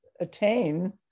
attain